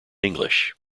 english